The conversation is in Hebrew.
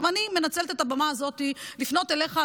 עכשיו אני מנצלת את הבמה הזאת לפנות אליך,